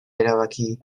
erabaki